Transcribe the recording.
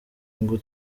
ngo